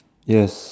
yes